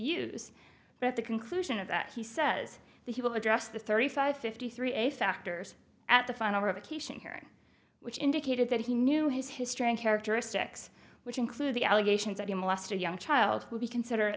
use but at the conclusion of that he says that he will address the thirty five fifty three a factors at the final revocation hearing which indicated that he knew his history and characteristics which include the allegations that he molested young child will be consider at